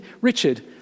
Richard